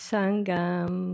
Sangam